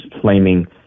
flaming